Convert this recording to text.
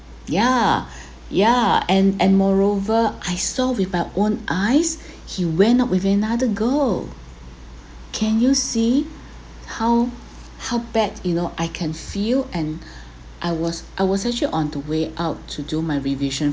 yeah yeah and and moreover I saw with my own eyes he went out with another girl can you see how how bad you know I can feel and I was I was actually on the way out to do my revision